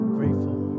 grateful